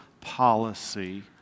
policy